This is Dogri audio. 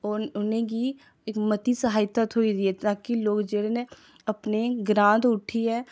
उ'नें गी इक मती सहायता थ्होई दी ऐ तां जे लोक जेह्ड़े न अपने ग्रां चा उट्ठियै